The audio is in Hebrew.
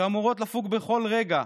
שאמורות לפוג בכל רגע,